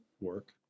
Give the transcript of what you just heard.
work